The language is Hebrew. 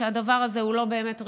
שהדבר הזה הוא לא באמת רשות,